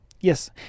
yes